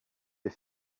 les